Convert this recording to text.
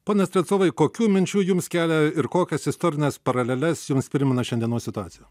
pone strelcovai kokių minčių jums kelia ir kokias istorines paraleles jums primena šiandienos situacija